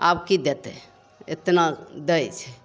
आब कि देतै एतना दै छै